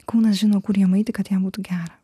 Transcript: kūnas žino kur jam eiti kad jam būtų gera